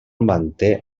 manté